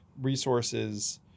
resources